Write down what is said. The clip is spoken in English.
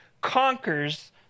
Conquers